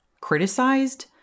criticized